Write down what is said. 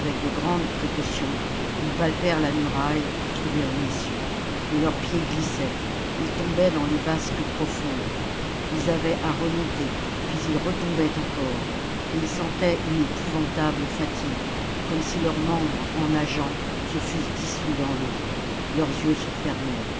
de grandes précautions ils palpèrent la muraille pour trouver une issue mais leurs pieds glissaient ils tombaient dans les vasques profondes ils avaient à remonter puis ils retombaient encore et ils sentaient une épouvantable fatigue comme si leurs membres en nageant se fussent dissous dans l'eau leurs jeux se